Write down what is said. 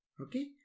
Okay